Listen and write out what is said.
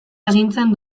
agintzen